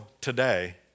today